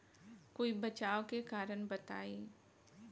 कोई बचाव के कारण बताई?